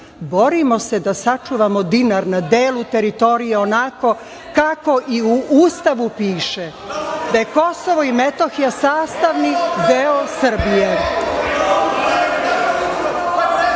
Borimo se da sačuvamo dinar na delu teritorije onako kako i Ustavu piše - da je Kosovo i Metohija sastavni deo